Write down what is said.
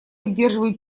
поддерживаю